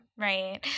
Right